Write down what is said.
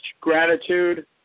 gratitude